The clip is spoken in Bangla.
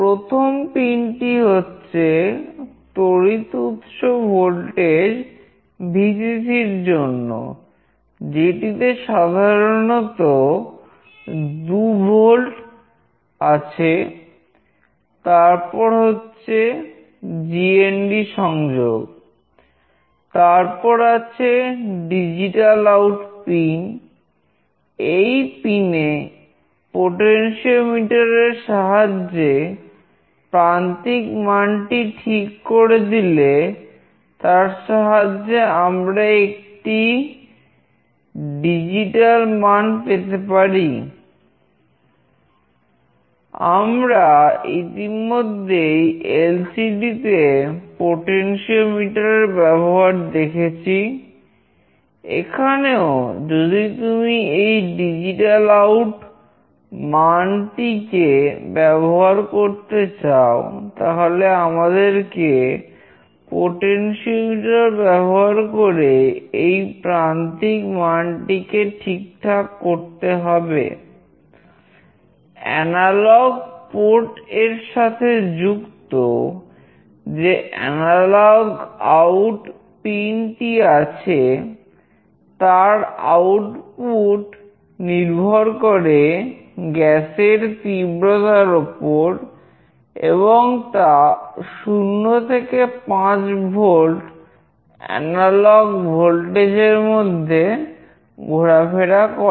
প্রথম পিনটি হচ্ছে তড়িৎ উৎস ভোল্টেজ Vcc র জন্য যেটিতে সাধারণত 2 ভোল্ট এর মধ্যে ঘোরাফেরা করে